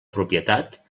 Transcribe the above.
propietat